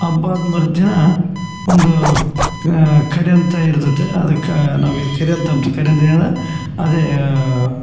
ಹಬ್ಬಾಗ್ ಮರುದಿನ ಒಂದು ಕಡೆ ಅಂತ ಇರ್ತತೆ ಅದಕ್ಕ ನಮ್ಗೆ ಇಲ್ಲಿ ಕೆದೆ ಅಂತ ಅಂದ್ರೆ ಏನು ಅದೆ ಯಾ